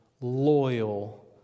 loyal